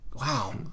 Wow